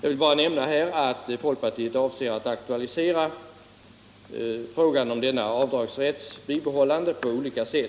Jag vill bara nämna att jag avser att under riksmötet aktualisera frågan om denna avdragsrätt.